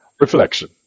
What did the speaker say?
Reflection